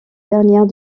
dernière